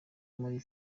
muri